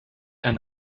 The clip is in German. ein